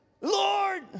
Lord